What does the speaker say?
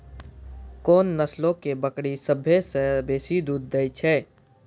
कोन नस्लो के बकरी सभ्भे से बेसी दूध दै छै?